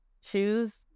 shoes